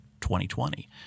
2020